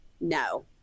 no